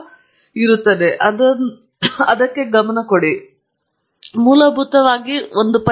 ಅದು ಇರಬೇಕು ವಿವರಿಸಲಾಗದ ಸಂಬಂಧವು ಏನೂ ಇಲ್ಲ ಪರಿಪೂರ್ಣವಾಗಿದೆ